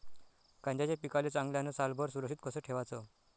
कांद्याच्या पिकाले चांगल्यानं सालभर सुरक्षित कस ठेवाचं?